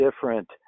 different